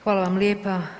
Hvala vam lijepa.